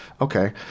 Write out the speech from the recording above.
Okay